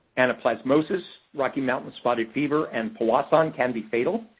anaplasmosis, rocky mountain spotted fever, and powassan, can be fatal.